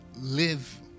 live